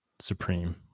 supreme